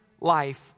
life